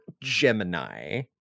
Gemini